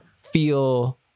feel